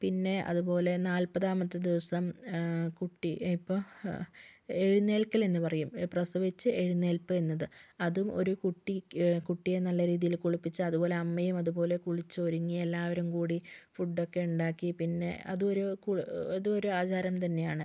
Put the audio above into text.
പിന്നെ അതുപോലെ നാല്പതാമത്തെ ദിവസം കുട്ടി ഇപ്പം എഴുന്നേൽക്കൽ എന്ന് പറയും പ്രസവിച്ച് എഴുന്നേൽപ്പ് എന്നത് അതും ഒരു കുട്ടി കുട്ടിയെ നല്ല രീതിയിൽ കുളിപ്പിച്ച് അതുപോലെ അമ്മയും അതുപോലെ കുളിച്ച് ഒരുങ്ങി എല്ലാവരും കൂടി ഫുഡ് ഒക്കെ ഉണ്ടാക്കി പിന്നെ അതൊരു അതുമൊരു ആചാരം തന്നെ ആണ്